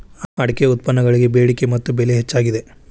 ಅಡಿಕೆ ಉತ್ಪನ್ನಗಳಿಗೆ ಬೆಡಿಕೆ ಮತ್ತ ಬೆಲೆ ಹೆಚ್ಚಾಗಿದೆ